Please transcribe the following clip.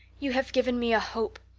you have given me a hope.